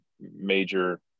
major